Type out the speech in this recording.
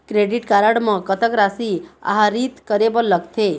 Credit card म कतक राशि आहरित करे बर लगथे?